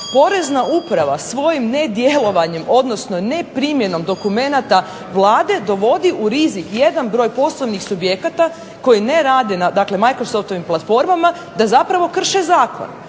POrezna uprava svojim nedjelovanjem odnosno ne primjenom dokumenata Vlade dovodi u rizik jedan broj poslovnih subjekata koji ne rade na microsoftovim platformama da krše zakon.